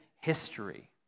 history